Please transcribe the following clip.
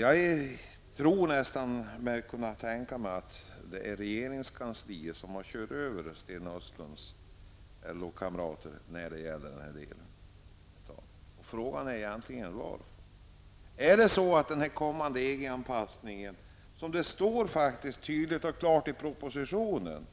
Jag är nästan benägen att tro att regeringskansliet kör över Sten Östlunds LO-kamrater. Frågan är egentligen varför. Är det så att den kommande EG anpassningen, som det faktiskt står tydligt och klart i propositionen,